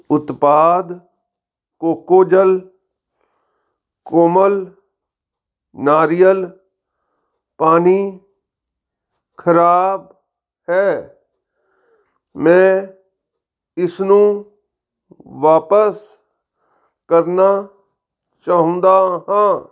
ਉਤਪਾਦ ਕੋਕੋਜਲ ਕੋਮਲ ਨਾਰੀਅਲ ਪਾਣੀ ਖਰਾਬ ਹੈ ਮੈਂ ਇਸਨੂੰ ਵਾਪਸ ਕਰਨਾ ਚਾਹੁੰਦਾ ਹਾਂ